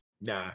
Nah